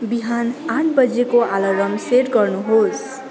बिहान आठ बजेको अलार्म सेट गर्नुहोस्